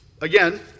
Again